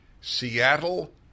Seattle